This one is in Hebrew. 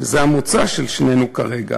שזה המוצא של שנינו כרגע,